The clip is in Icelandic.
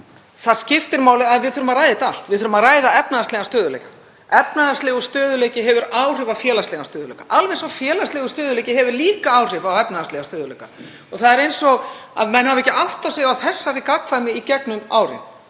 af því að við þurfum að ræða þetta allt, við þurfum að ræða efnahagslegan stöðugleika. Efnahagslegur stöðugleiki hefur áhrif á félagslegan stöðugleika, alveg eins og félagslegur stöðugleiki hefur líka áhrif á efnahagslegan stöðugleika. Það er eins og menn hafi ekki áttað sig á þessari gagnkvæmni í gegnum árin.